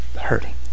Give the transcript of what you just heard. hurting